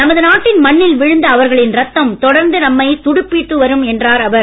நமது நாட்டின் மண்ணில் விழுந்த அவர்களின் இரத்தம் தொடர்ந்து நம்மை துடிப்பூட்டி வரும் என்றார் அவர்